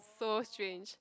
so strange